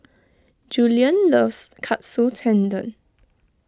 Juliann loves Katsu Tendon